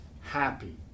happy